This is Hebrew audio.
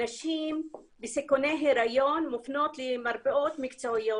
נשים בסיכוני היריון מופנות למרפאות מקצועיות.